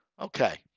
Okay